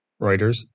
Reuters